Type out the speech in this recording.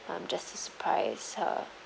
um just to surprise her